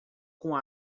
com